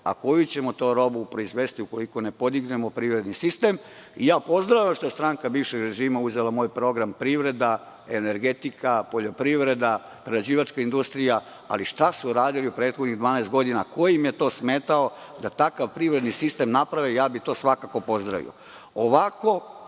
koju ćemo to robu proizvesti, ukoliko ne podignemo prirodni sistem? Pozdravljam što je stranka bivšeg režima uzela moj program - privreda, energetika, poljopriveda, prerađivačka industrija, ali šta su uradili u prethodnih 12 godina? Ko im je to smetao da takav privredni sistem naprave? Ja bih to svakako pozdravio. Ovako